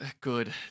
Good